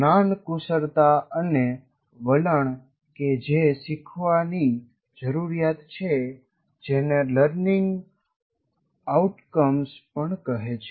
જ્ઞાન કુશળતા અને વલણ કે જે શીખવાની જરૂરિયાત છે જેને લર્નિંગ આઉટકમ્સ પણ કહે છે